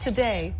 Today